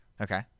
Okay